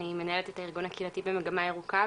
אני מנהלת את הארגון הקהילתי במגמה ירוקה,